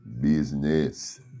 Business